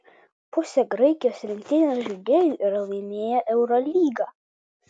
pusė graikijos rinktinės žaidėjų yra laimėję eurolygą